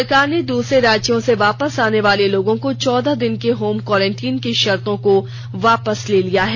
सरकार ने दूसरे राज्यों से वापस आने वाले लोगों को चौदह दिन की होम क्वोंटाईन की शर्तों को वापस ले लिया है